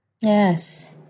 Yes